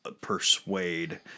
persuade